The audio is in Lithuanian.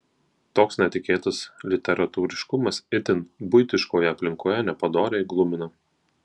toks netikėtas literatūriškumas itin buitiškoje aplinkoje nepadoriai glumina